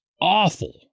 awful